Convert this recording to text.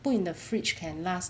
but in the fridge can last